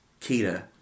Kita